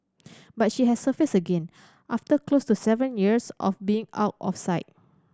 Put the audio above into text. but she has surfaced again after close to seven years of being out of sight